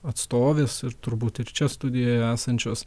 atstovės ir turbūt ir čia studijoje esančios